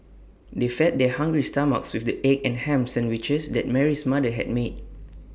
they fed their hungry stomachs with the egg and Ham Sandwiches that Mary's mother had made